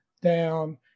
down